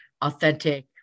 authentic